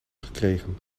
gekregen